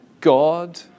God